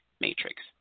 matrix